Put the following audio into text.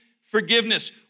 forgiveness